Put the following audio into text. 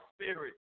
spirit